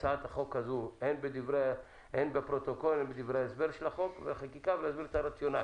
הן בדברי ההסבר של החקיקה ולהסביר את הרציונל.